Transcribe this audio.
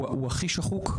הוא הכי שחוק,